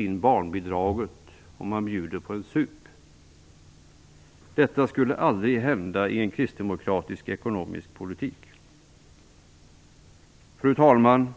in barnbidraget och bjuder på en sup. Detta skulle aldrig hända i en kristdemokratisk ekonomisk politik. Fru talman!